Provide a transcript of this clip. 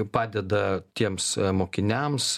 padeda tiems a mokiniams